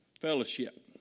fellowship